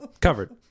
Covered